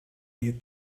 your